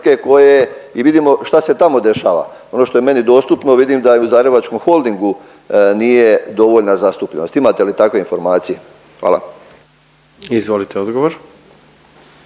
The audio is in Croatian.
koje i vidimo šta se tamo dešava. Ono što je meni dostupno vidim da i u Zagrebačkom Holdingu nije dovoljna zastupljenost, imate li takve informacije? Hvala. **Jandroković,